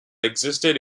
existed